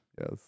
Yes